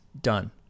done